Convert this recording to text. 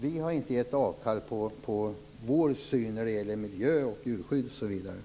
Vi har inte gett avkall på vår syn på miljö och djurskydd m.m.